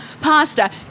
Pasta